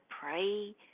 pray